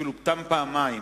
אפילו תם פעמיים.